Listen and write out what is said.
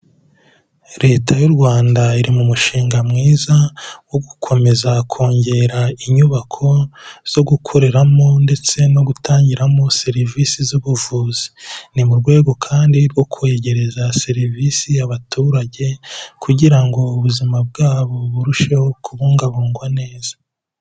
Leta y'u Rwanda iri mu mushinga mwiza wo gukomeza kongera inyubako zo gukoreramo ndetse no gutangiramo serivisi z'ubuvuzi. Ni mu rwego kandi rwo kwegereza serivisi abaturage kugira ngo ubuzima bwabo burusheho kubungabungwa neza.